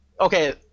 Okay